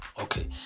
okay